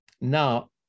Now